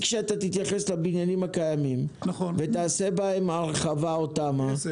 שתתייחס לבניינים הקיימים ותעשה בהם הרחבה או תמ"א -- נכון.